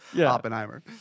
Oppenheimer